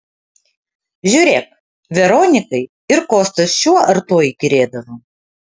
žiūrėk veronikai ir kostas šiuo ar tuo įkyrėdavo